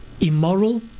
immoral